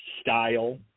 style